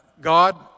God